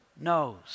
knows